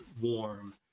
warm